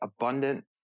abundant